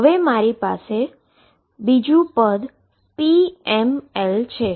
હવે મારી પાસે pml બીજુ પદ છે